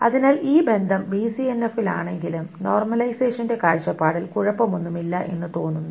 അതിനാൽ ഈ ബന്ധം ബിസിഎൻഎഫിലാണെങ്കിലും നോർമലൈസേഷന്റെ കാഴ്ചപ്പാടിൽ കുഴപ്പമൊന്നുമില്ല എന്ന് തോന്നുന്നു